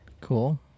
cool